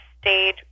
stayed